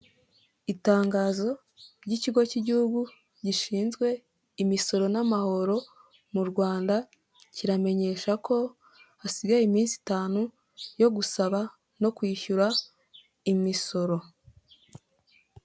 Itangazo ry'ikigo cy'igihugu gishinzwe imisoro n'amahoro mu Rwanda kiramenyesha ko hasigaye iminsi itanu yo gusaba no kwishyura imisoro.